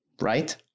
right